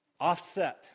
offset